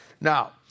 Now